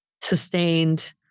sustained